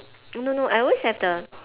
no no no I always have the